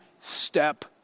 step